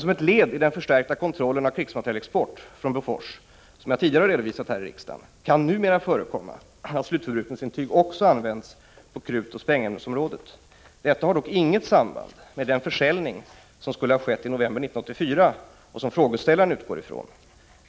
Som ett led i den förstärkta kontrollen av krigsmaterielexport från Bofors som jag tidigare redovisat här i riksdagen kan numera förekomma att slutförbrukningsintyg också används på krutoch sprängämnesområdet. Detta har dock inget samband med den försäljning som skulle ha skett i november 1984 och som frågeställaren utgår från.